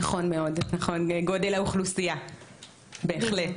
נכון מאוד, גודל האוכלוסייה, בהחלט.